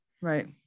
Right